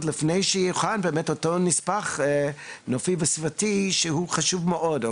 לפני שיוכן באמת אותו נספח נופי וסביבתי שהוא חשוב מאוד,